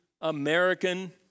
American